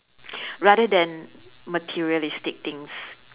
rather than materialistic things